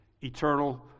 eternal